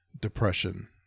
depression